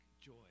joy